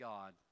God